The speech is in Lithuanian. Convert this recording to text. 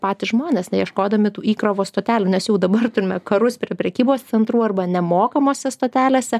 patys žmonės neieškodami tų įkrovos stotelių nes jau dabar turime karus prie prekybos centrų arba nemokamose stotelėse